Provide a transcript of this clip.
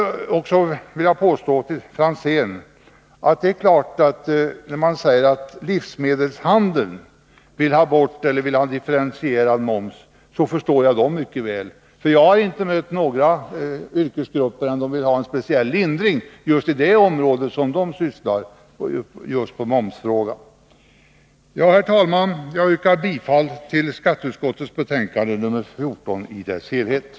Tommy Franzén sade att livsmedelshandeln vill ha en differentierad moms. Jag förstår de där verksamma mycket väl. Jag har inte mött några yrkesgrupper som inte vill ha en speciell lindring av momsen just i den bransch som de själva är verksamma i. Herr talman! Jag yrkar bifall till utskottets hemställan i dess helhet i skatteutskottets betänkande nr 14.